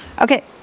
Okay